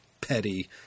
petty